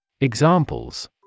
Examples